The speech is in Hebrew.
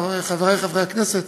חברי חברי הכנסת,